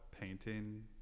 painting